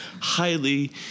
highly